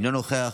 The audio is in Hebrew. אינו נוכח,